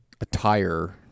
attire